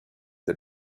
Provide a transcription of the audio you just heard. the